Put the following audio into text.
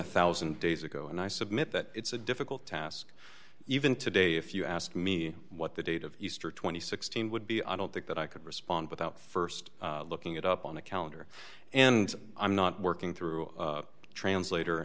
one thousand days ago and i submit that it's a difficult task even today if you ask me what the date of easter two thousand and sixteen would be i don't think that i could respond without st looking it up on the calendar and i'm not working through a translator